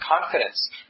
confidence